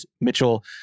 Mitchell